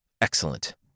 excellent